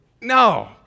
No